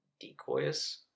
decoys